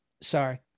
Sorry